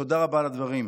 תודה רבה על הדברים.